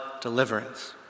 deliverance